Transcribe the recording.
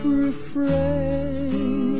refrain